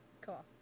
Cool